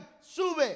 sube